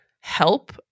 help